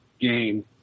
game